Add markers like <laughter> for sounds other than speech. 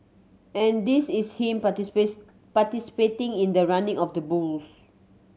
and this is him <unintelligible> participating in the running of the bulls